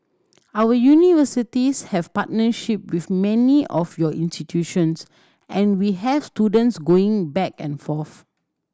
our universities have partnership with many of your institutions and we have students going back and forth